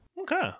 Okay